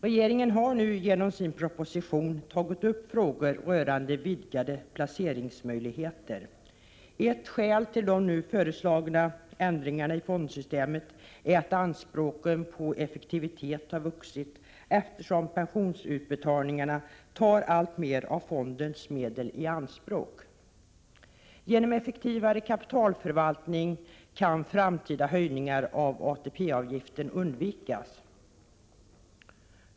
Regeringen har i propositionen tagit upp frågor rörande vidgade placeringsmöjligheter. Ett skäl till de nu föreslagna ändringarna i fondsystemet är att anspråken på effektivitet har vuxit, eftersom pensionsutbetalningarna tar alltmer av fondernas medel i anspråk. Genom effektivare kapitalförvaltning kan framtida höjningar av ATP-avgiften undvikas.